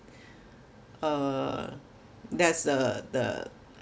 uh that's the the